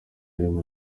rimwe